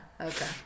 okay